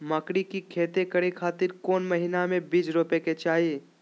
मकई के खेती करें खातिर कौन महीना में बीज रोपे के चाही?